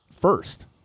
first